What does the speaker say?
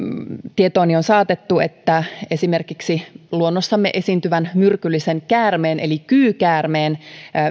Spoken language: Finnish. tietooni on saatettu että esimerkiksi luonnossamme esiintyvän myrkyllisen käärmeen kyykäärmeen